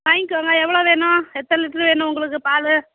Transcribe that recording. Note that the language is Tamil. வாங்கிகோங்க எவ்வளோ வேணும் எத்தனை லிட்டுரு வேணும் உங்களுக்கு பால்